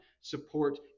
support